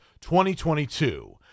2022